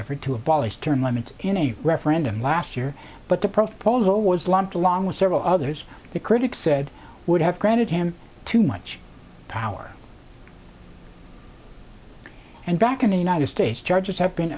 effort to abolish term limits in a referendum last year but the proposal was blunt along with several others that critics said would have granted him too much power and back in the united states charges have been